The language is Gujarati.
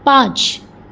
પાંચ